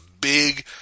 big